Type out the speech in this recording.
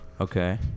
Okay